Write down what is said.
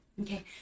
Okay